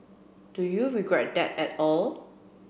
do you regret that at all